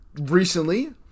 recently